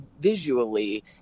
visually